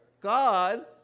God